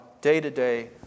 day-to-day